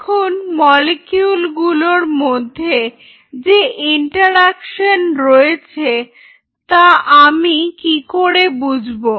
এখন মলিকিউল গুলোর মধ্যে যে ইন্টারঅ্যাকশন রয়েছে তা আমি কি করে বুঝবো